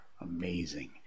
Amazing